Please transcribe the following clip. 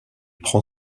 prend